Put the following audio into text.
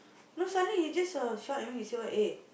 no suddenly he just uh shout at me he say what eh